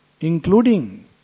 including